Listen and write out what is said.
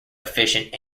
efficient